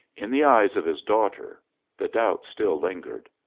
in the eyes of his daughter the doubt still lingered.